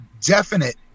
definite